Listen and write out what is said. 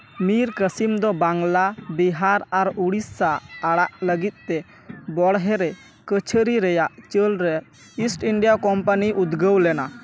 ᱢᱤᱨᱠᱟᱥᱤᱢ ᱫᱚ ᱵᱟᱝᱞᱟ ᱵᱤᱦᱟᱨ ᱟᱨ ᱩᱲᱤᱥᱥᱟ ᱟᱲᱟᱜ ᱞᱟᱹᱜᱤᱫ ᱛᱮ ᱵᱚᱲᱦᱮ ᱨᱮ ᱠᱟᱹᱪᱷᱟᱹᱨᱤ ᱨᱮᱭᱟᱜ ᱪᱟᱹᱞ ᱨᱮ ᱤᱥᱴ ᱤᱱᱰᱤᱭᱟ ᱠᱳᱢᱯᱟᱱᱤᱭ ᱩᱫᱽᱜᱟᱹᱣ ᱞᱮᱱᱟ